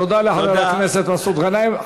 תודה לחבר הכנסת מסעוד גנאים.